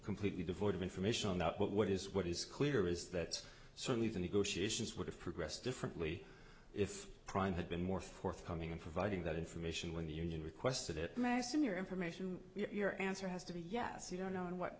completely devoid of information on that but what is what is clear is that certainly the negotiations would have progressed differently if prime had been more forthcoming in providing that information when the union requested it my senior information your answer has to be yes you don't know in what